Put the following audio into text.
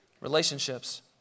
relationships